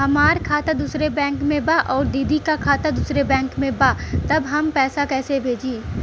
हमार खाता दूसरे बैंक में बा अउर दीदी का खाता दूसरे बैंक में बा तब हम कैसे पैसा भेजी?